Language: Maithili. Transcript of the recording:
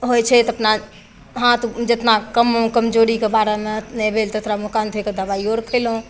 ओ होइ छै तऽ अपना हाँथ जेतना कम कमजोरी कऽ बारेमे नहि भेल तऽ थोड़ा मुँह कान धोइके दबाइयो आर खयलहुँ